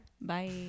bye